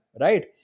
right